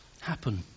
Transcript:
happen